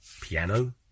piano